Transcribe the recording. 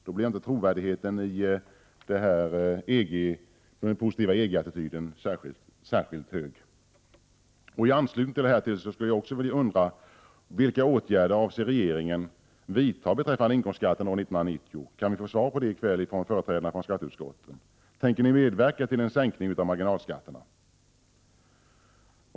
Då blir inte trovärdigheten i den positiva EG-attityden särskilt stor. I anslutning till detta undrar jag vilka åtgärder regeringen avser vidta beträffande inkomstskatten år 1990? Kan vi få svar på den frågan i kväll av företrädare för skatteutskottet? Tänker ni medverka till en sänkning av marginalskatten?